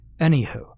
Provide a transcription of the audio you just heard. Anywho